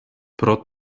pro